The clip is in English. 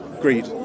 Greed